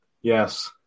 Yes